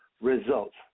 results